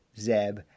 Zeb